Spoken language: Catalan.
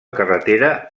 carretera